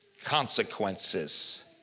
Consequences